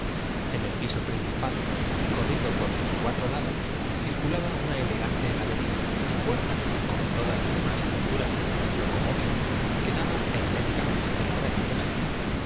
en el piso principal y corriendo por lio de conductores también las pilas eléctricas tenían sus cuatro lados circulaba una elegante galería cuya los suyos diseminados por el vehículo para llevar las puerta como todas las demás aberturas del locomó corrientes á donde se necesitara un movimiento pou vil quedaba herméticamente cerrada en viaje un